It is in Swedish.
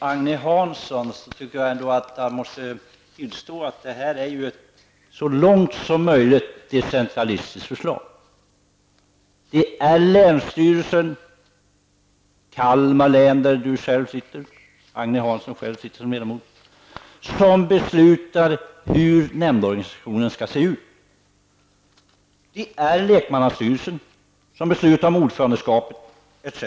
Fru talman! Agne Hansson måste tillstå att detta är ett så långt möjligt decentralistiskt förslag. Det är länsstyrelsen -- i Kalmar län sitter Agne Hansson själv som ledamot -- som beslutar hur nämndorganisationen skall se ut. Det är lekmannastyrelsen som beslutar om ordförandeskapet etc.